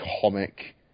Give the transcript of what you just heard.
comic